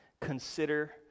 consider